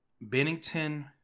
Bennington